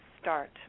start